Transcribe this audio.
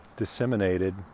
Disseminated